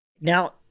Now